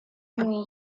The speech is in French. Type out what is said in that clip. nuit